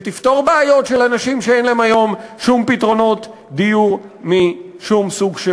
שתפתור בעיות של אנשים שאין להם היום שום פתרונות דיור משום סוג.